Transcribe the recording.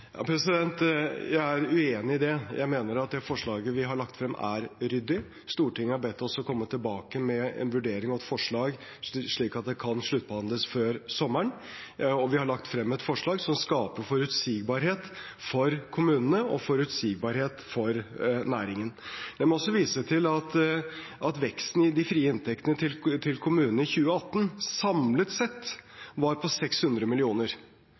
er uenig i det. Jeg mener at det forslaget vi har lagt frem, er ryddig. Stortinget har bedt oss om å komme tilbake med en vurdering og et forslag slik at det kan sluttbehandles før sommeren. Vi har lagt frem et forslag som skaper forutsigbarhet for kommunene og forutsigbarhet for næringen. Jeg må også vise til at veksten i de frie inntektene til kommunene i 2018 samlet sett var på 600